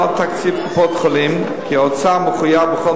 לא על תקציב קופות-החולים כי האוצר מחויב בכל